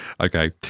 Okay